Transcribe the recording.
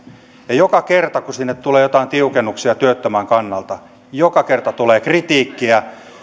ja joka kerta kun sinne tulee jotain tiukennuksia työttömän kannalta tulee kritiikkiä